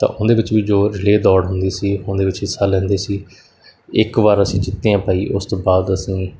ਤਾਂ ਉਹਦੇ ਵਿੱਚ ਵੀ ਜੋ ਰਿਲੇਅ ਦੌੜ ਹੁੰਦੀ ਸੀ ਉਹਦੇ ਵਿੱਚ ਹਿੱਸਾ ਲੈਂਦੇ ਸੀ ਇੱਕ ਵਾਰ ਅਸੀਂ ਜਿੱਤੇ ਹਾਂ ਭਾਈ ਉਸ ਤੋਂ ਬਾਅਦ ਅਸੀਂ